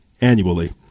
annually